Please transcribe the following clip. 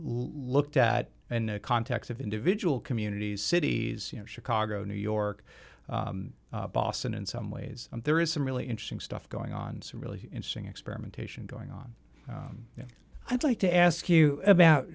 looked at in the context of individual communities cities you know chicago new york boston in some ways there is some really interesting stuff going on some really interesting experimentation going on i'd like to ask you about